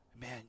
Man